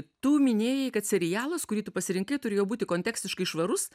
tu minėjai kad serialas kurį tu pasirinkai turėjo būti kontekstiškai švarus